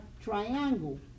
triangle